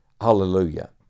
Hallelujah